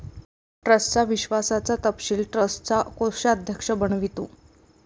ट्रस्टच्या विश्वासाचा तपशील ट्रस्टचा कोषाध्यक्ष बनवितो